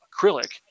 acrylic